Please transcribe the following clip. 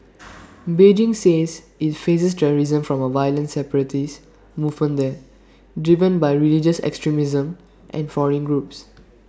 Beijing says IT faces terrorism from A violent separatist movement there driven by religious extremism and foreign groups